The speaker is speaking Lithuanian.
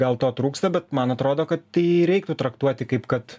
gal to trūksta bet man atrodo kad tai reiktų traktuoti kaip kad